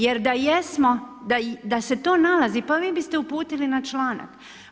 Jer da jesmo, da se to nalazi, pa vi biste uputili na članak.